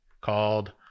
called